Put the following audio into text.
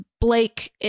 Blake